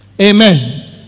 Amen